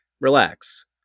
relax